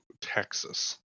Texas